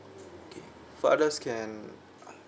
okay fathers can